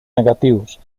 negativos